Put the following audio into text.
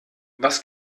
was